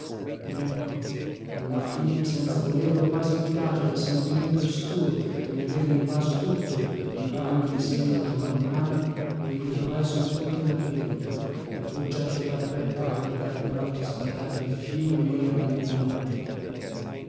ed ecco alla fine senza volerlo quasi guidato dal sentimento oscuro che mi aveva invaso tutto maturandomisi dentro man mano mi ritrovai sul ponte margherita appoggiato al parapetto a guardare con occhi sbarrati il fiume nero nella notte